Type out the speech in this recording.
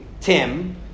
Tim